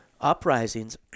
uprisings